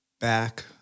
back